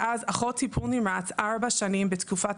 ואז אחות טיפול נמרץ ארבע שנים בתקופת